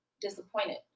disappointed